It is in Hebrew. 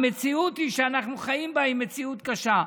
המציאות שאנחנו חיים בה היא מציאות קשה.